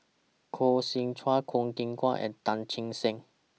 Koh Seow Chuan Kwok Kian Chow and Tan Che Sang